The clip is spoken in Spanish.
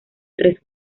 tres